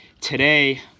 Today